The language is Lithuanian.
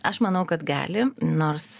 aš manau kad gali nors